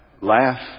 laugh